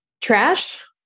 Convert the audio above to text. Trash